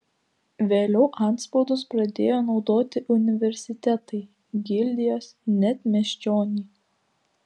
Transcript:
vėliau antspaudus pradėjo naudoti universitetai gildijos net miesčioniai